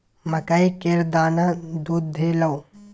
मकइ केर दाना दुधेलौ?